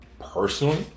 personally